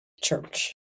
church